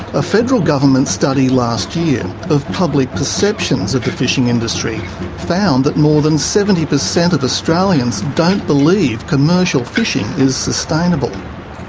a federal government study last year of public perceptions of the fishing industry found that more than seventy per cent of australians don't believe commercial fishing is sustainable.